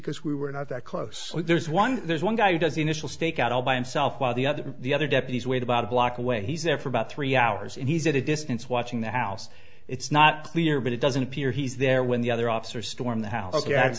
because we were not that close there's one there's one guy who does the initial stakeout all by himself while the other the other deputies wait about a block away he's there for about three hours and he's at a distance watching the house it's not clear but it doesn't appear he's there when the other officer stormed the house